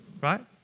Right